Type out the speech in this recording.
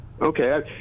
okay